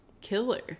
killer